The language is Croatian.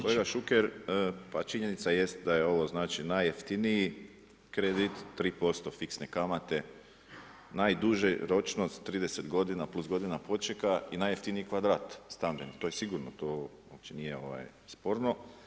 Kolega Šuker, pa činjenica jest da ovo najjeftiniji kredit 3% fiksne kamate, najduža ročnost 30 godina plus godina počeka i najjeftiniji kvadrat stambeni, to je sigurno, to uopće nije sporno.